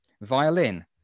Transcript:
Violin